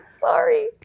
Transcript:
Sorry